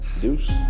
Deuce